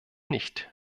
nicht